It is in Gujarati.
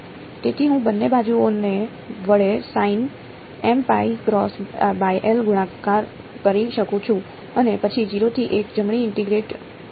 તેથી હું બંને બાજુઓને વડે ગુણાકાર કરી શકું છું અને પછી 0 થી l જમણે ઇન્ટીગ્રેટ કરી શકું છું